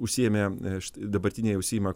užsiėmė št dabartinėje užsiima